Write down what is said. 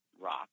rock